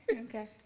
Okay